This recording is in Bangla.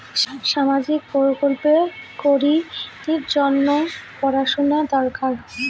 সামাজিক প্রকল্প করির জন্যে কি পড়াশুনা দরকার?